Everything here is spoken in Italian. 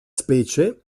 specie